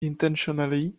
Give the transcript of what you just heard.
intentionally